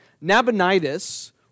Nabonidus